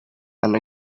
and